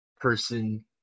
person